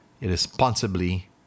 irresponsibly